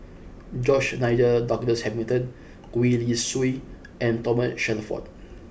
George Nigel Douglas Hamilton Gwee Li Sui and Thomas Shelford